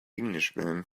englishman